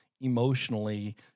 emotionally